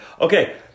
Okay